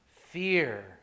Fear